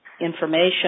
information